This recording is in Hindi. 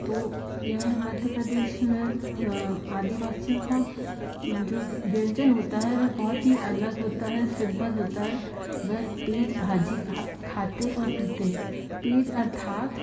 तो यह मध्य प्रदेश में आदिवासियों का जो व्यंजन होता है वह बहुत अलग होता है सिंपल होता है वे पेज भाजी खाते और पीते हैं पेज अर्थात